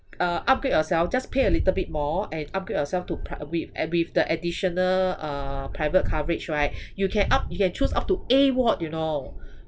uh upgrade yourself just pay a little bit more and upgrade yourself to pri~ with and with the additional uh private coverage right you can up you can choose up to A ward you know